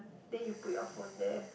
then you put your phone there